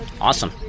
Awesome